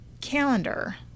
calendar